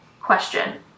question